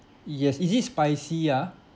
yes is it spicy ah